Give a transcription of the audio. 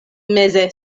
meze